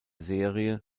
serie